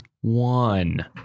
one